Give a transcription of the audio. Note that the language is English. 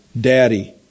Daddy